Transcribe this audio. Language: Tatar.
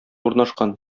урнашкан